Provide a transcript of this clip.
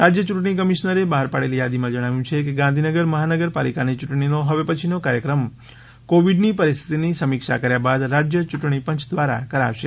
રાજ્ય યૂંટણી કમિશનરે બહાર પાડેલી યાદીમાં જણાવ્યું છે કે ગાંધીનગર મહાનગરપાલિકાની ચૂંટણીનો હવે પછીનો કાર્યક્રમ કોવીડની પરિસ્થિતીની સમીક્ષા કર્યા બાદ રાજ્ય યૂંટણી પંચ દ્વારા કરાશે